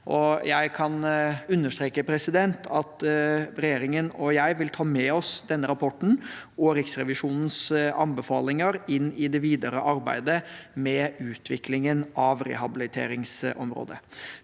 Jeg kan understreke at regjeringen og jeg vil ta med oss denne rapporten og Riksrevisjonens anbefalinger inn i det videre arbeidet med utviklingen av rehabiliteringsområdet.